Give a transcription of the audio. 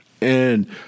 and-